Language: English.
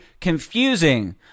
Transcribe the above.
confusing